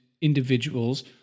individuals